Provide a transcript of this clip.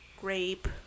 grape